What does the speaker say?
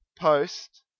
post